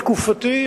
בתקופתי,